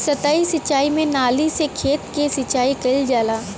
सतही सिंचाई में नाली से खेत के सिंचाई कइल जाला